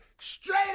straight